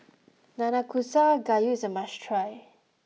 Nanakusa Gayu is a must try